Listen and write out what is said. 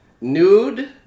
nude